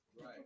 right